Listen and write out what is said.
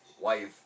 wife